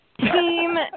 Team